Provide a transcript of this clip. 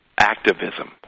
activism